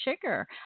sugar